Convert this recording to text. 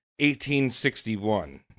1861